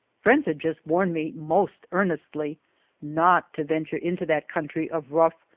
friends had just warned me most earnestly not to venture into that country of rough,